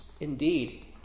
indeed